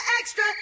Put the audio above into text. Extra